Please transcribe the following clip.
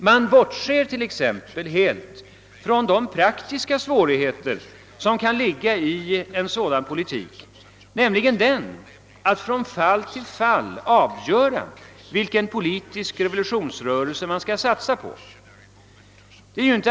Man bortser t.ex. helt från de praktiska svårigheterna att från fall till fall avgöra vilken politisk revolutionsrörelse man skall satsa på.